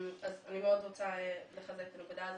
אני מאוד רוצה לחזק את הנקודה הזאת.